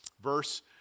verse